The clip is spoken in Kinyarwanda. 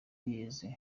yeze